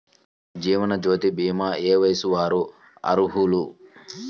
జీవనజ్యోతి భీమా ఏ వయస్సు వారు అర్హులు?